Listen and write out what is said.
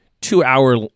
two-hour